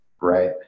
Right